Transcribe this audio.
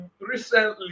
recently